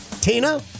Tina